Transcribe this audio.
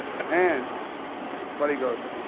and buddy goes,